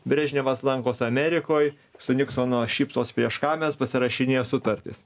brežnevas lankos amerikoj su niksonu šypsosi prieš kamerą pasirašinėja sutartis